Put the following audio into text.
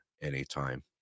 anytime